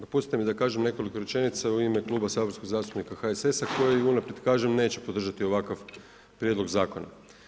Dopustite mi da kažem nekoliko rečenica u ime Kluba zastupnika HSS-a koji unaprijed kažem neće podržati ovakav Prijedlog zakona.